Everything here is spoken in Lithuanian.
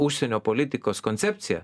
užsienio politikos koncepciją